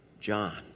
John